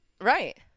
Right